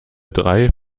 drei